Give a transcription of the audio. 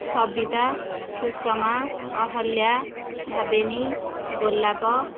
ସବିତା ସୁଷମା ଅହଲ୍ୟା ଭାବେନି ଗୋଲାପ